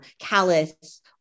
callous